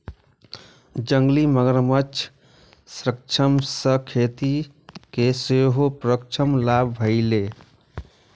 जंगली मगरमच्छ संरक्षण सं खेती कें सेहो परोक्ष लाभ भेलैए